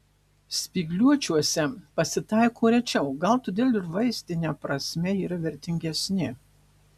spygliuočiuose pasitaiko rečiau gal todėl ir vaistine prasme yra vertingesni